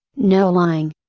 no lying.